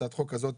הצעת החוק הזאת,